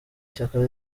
ishyaka